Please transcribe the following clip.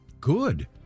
good